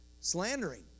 Slandering